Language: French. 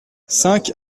cinq